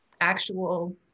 actual